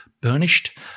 burnished